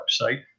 website